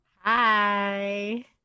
Hi